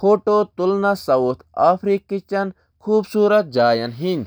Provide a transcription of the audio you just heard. Photo click کرنہٕ خٲطرٕ۔